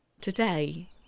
Today